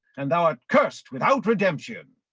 and thou art cursed without redemption.